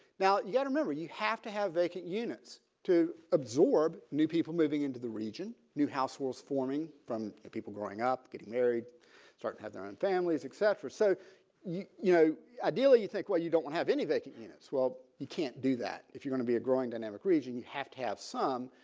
now you got to yeah remember you have to have vacant units to absorb new people moving into the region new households forming from people growing up getting married start to have their own families except for so you you know ideally you think well you don't have any vacant units. well you can't do that if you're going to be a growing dynamic region you have to have some.